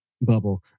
bubble